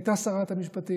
היא הייתה שרת המשפטים,